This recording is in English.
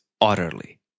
utterly